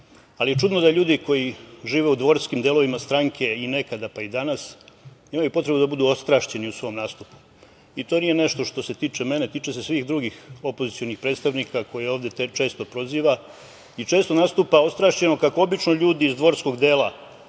ali je čudno da ljudi koji žive u dvorskim delovima stranke i nekada, pa i danas, imaju potrebu da budu ostrašćeni u svom nastupu. To nije nešto što se tiče mene, tiče se svih drugih opozicionih predstavnika koji ovde često proziva i često nastupa ostrašćeno kako obično ljudi iz dvorskog dela